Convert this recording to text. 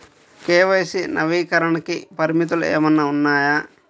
KYC నవీకరణకి పరిమితులు ఏమన్నా ఉన్నాయా?